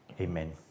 Amen